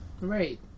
Right